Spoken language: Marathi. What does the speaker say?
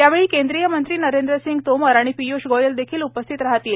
यावेळी केंद्रीय मंत्री नरेंद्रसिंग तोमर आणि पीयूष गोयल देखील उपस्थित राहणार आहेत